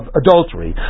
adultery